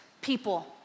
people